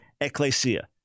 ecclesia